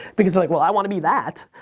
because they're like, well i want to be that.